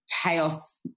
chaos